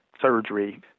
surgery